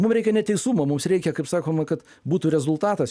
mums reikia ne teisumo mums reikia kaip sakoma kad būtų rezultatas